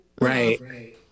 right